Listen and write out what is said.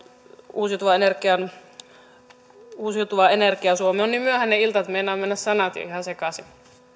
uusiutuva energia on niin myöhäinen ilta että meinaavat mennä sanat jo ihan sekaisin